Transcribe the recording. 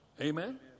Amen